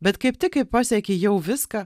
bet kaip tik kai pasieki jau viską